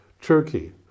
Turkey